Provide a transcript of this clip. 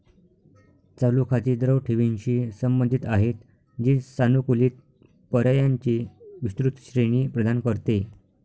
चालू खाती द्रव ठेवींशी संबंधित आहेत, जी सानुकूलित पर्यायांची विस्तृत श्रेणी प्रदान करते